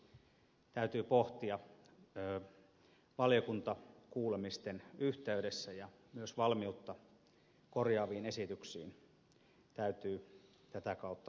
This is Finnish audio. näitä varmasti täytyy pohtia valiokuntakuulemisten yhteydessä ja myös valmiutta korjaaviin esityksiin täytyy tätä kautta olla